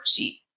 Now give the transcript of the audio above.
worksheet